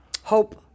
Hope